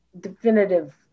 definitive